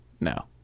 No